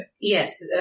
Yes